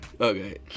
Okay